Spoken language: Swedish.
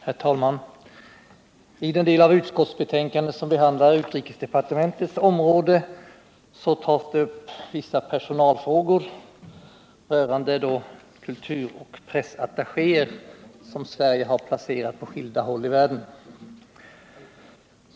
Herr talman! I den del av utskottsbetänkandet som behandlar utrikesdepartementets område tar man upp vissa personalfrågor beträffande kulturoch pressattachéer som Sverige har placerat på skilda håll i världen.